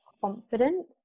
confidence